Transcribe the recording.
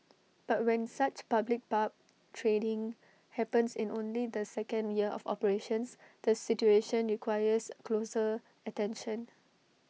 but when such public barb trading happens in only the second year of operations the situation requires closer attention